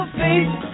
face